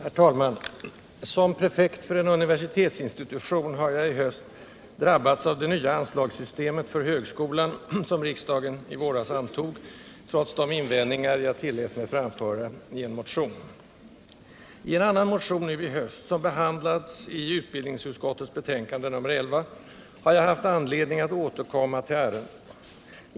Herr talman! Såsom prefekt för en universitetsklinik har jag i höst Vissa kostnader för drabbats av det nya anslagssystem för högskolan som riksdagen i våras = utbildning och antog trots de invändningar jag då tillät mig framföra i en motion. I — forskning inom en annan motion nu i höst, som behandlas i utbildningsutskottets be — högskolan tänkande nr 11, har jag haft anledning att återkomma till ärendet.